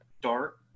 dark